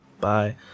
Bye